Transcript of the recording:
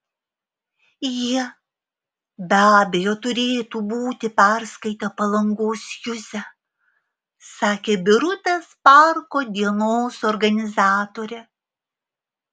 jie be abejo turėtų būti perskaitę palangos juzę sakė birutės parko dienos organizatorė